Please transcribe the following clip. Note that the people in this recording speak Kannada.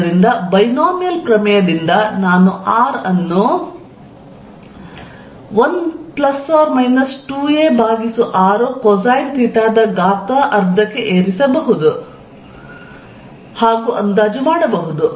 ಆದ್ದರಿಂದ ಬೈನೋಮಿಯಲ್ ಪ್ರಮೇಯದಿಂದ ನಾನು r ಅನ್ನು ಆಗಿ 1 ± 2 a r ಕೊಸೈನ್ ಥೀಟಾ ದ ಘಾತ 12 ಕ್ಕೆ ಏರಿಸಬಹುದು ಹಾಗು ಅಂದಾಜು ಮಾಡಬಹುದು